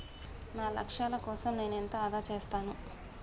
నా లక్ష్యాల కోసం నేను ఎంత ఆదా చేస్తాను?